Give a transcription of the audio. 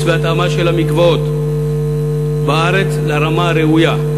והתאמה של המקוואות בארץ לרמה הראויה,